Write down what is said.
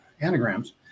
anagrams